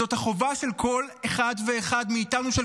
זאת החובה של כל אחד ואחד מאיתנו ושל